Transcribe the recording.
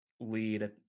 lead